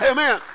Amen